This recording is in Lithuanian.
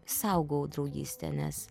saugau draugystę nes